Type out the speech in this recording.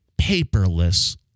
paperless